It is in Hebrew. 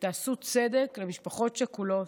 ותעשו צדק למשפחות שכולות,